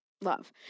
Love